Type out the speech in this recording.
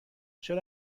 چرا